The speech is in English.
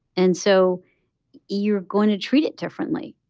and so you're going to treat it differently,